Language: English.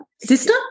Sister